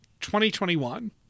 2021